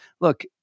look